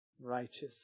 righteous